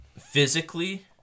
physically